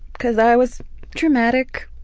cause i was dramatic.